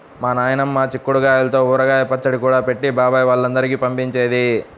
మా నాయనమ్మ చిక్కుడు గాయల్తో ఊరగాయ పచ్చడి కూడా పెట్టి బాబాయ్ వాళ్ళందరికీ పంపించేది